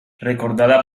recordada